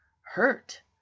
hurt